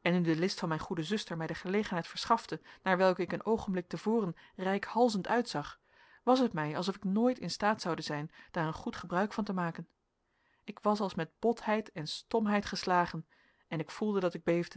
en nu de list van mijn goede zuster mij de gelegenheid verschafte naar welke ik een oogenblik te voren reikhalzend uitzag was het mij alsof ik nooit in staat zoude zijn daar een goed gebruik van te maken ik was als met botheid en stomheid geslagen en ik voelde dat ik